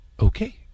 Okay